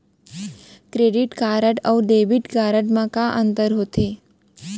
Credit card अऊ debit card मा का अंतर होथे?